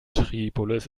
tripolis